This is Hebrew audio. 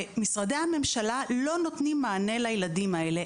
משרדי הממשלה לא נותנים מענה לילדים האלה,